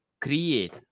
create